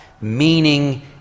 meaning